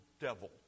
devil